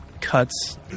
cuts